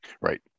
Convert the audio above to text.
Right